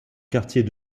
quartier